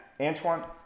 Antoine